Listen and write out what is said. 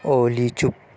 اولی چپ